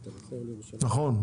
נכון,